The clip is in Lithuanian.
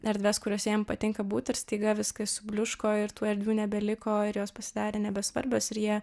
erdves kuriose jam patinka būt ir staiga viskas subliūško ir tų erdvių nebeliko ir jos pasidarė nebesvarbios ir jie